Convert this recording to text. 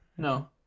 No